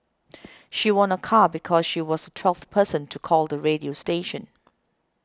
she won a car because she was the twelfth person to call the radio station